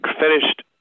finished